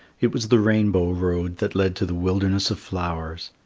it was the rainbow road that led to the wilderness of flowers.